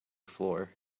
floor